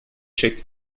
check